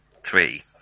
three